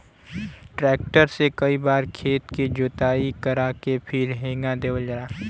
tractor से कई बार खेत के जोताई करा के फिर हेंगा देवल जाला